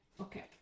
okay